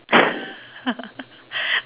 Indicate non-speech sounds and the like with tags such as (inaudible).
(laughs)